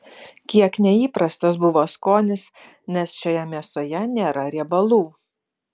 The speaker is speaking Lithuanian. kiek neįprastas buvo skonis nes šioje mėsoje nėra riebalų